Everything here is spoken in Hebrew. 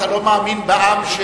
בקשת